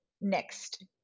next